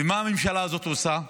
ומה הממשלה הזו עושה?